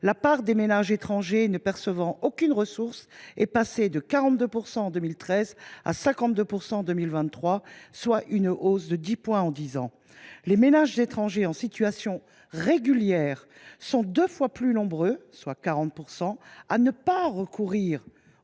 la part des ménages étrangers ne percevant aucune ressource est passée de 42 % en 2013 à 52 % en 2023, soit une hausse de dix points en dix ans. Les ménages étrangers en situation régulière sont deux fois plus nombreux – soit 40 %– à ne pas recourir